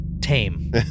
Tame